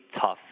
tough